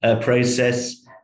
process